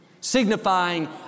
signifying